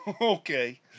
Okay